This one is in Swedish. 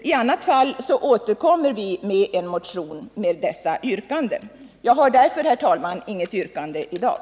I annat fall återkommer vi med en motion med dessa yrkanden. Jag har därför, herr talman, inget yrkande i dag.